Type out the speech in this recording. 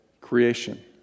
creation